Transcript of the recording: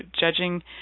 judging